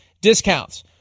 discounts